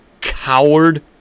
coward